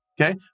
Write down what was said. okay